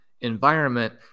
environment